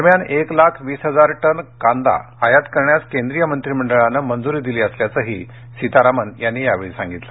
दरम्यान एक लाख वीस हजार टन कांदा आयात करण्यास केंद्रीय मंत्रीमंडळानं मंजूरी दिली असल्याचंही सीतारामन यांनी यावेळी सांगितलं